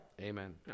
Amen